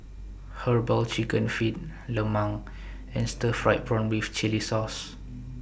Herbal Chicken Feet Lemang and Stir Fried Prawn with Chili Sauce